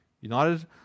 United